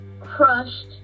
crushed